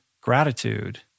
gratitude